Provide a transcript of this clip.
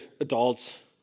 adults